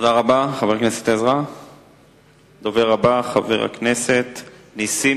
תודה רבה, חבר הכנסת עזרא.